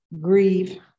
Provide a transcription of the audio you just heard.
grieve